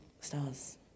Stars